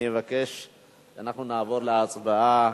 אנחנו נעבור להצבעה.